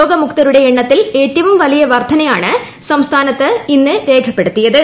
രോഗമുക്തരുടെ എണ്ണത്തിൽ ഏറ്റവും വലിയ വർധനയാണ് സംസ്ഥാനത്ത് ഇന്ന് രേഖപ്പെടുത്തിയത്